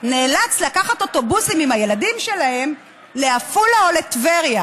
נאלץ לקחת אוטובוסים עם הילדים שלו לעפולה או לטבריה